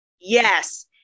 Yes